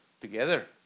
together